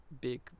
big